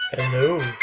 Hello